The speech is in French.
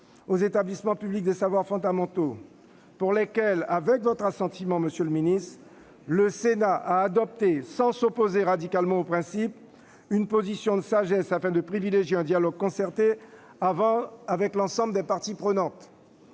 aux établissements publics d'enseignement des savoirs fondamentaux pour lesquels, avec votre assentiment, monsieur le ministre, le Sénat a adopté, sans s'opposer radicalement au principe, une position de sagesse afin de privilégier un dialogue concerté avec l'ensemble de parties prenantes.